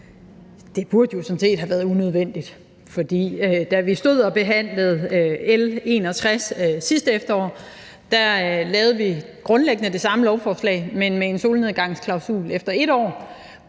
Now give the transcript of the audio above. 52, burde sådan set have været unødvendigt. For da vi stod og behandlede L 61 sidste efterår, lavede vi grundlæggende det samme lovforslag, men med en solnedgangsklausul efter 1 år,